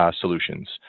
solutions